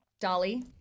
dolly